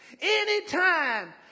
Anytime